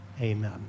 Amen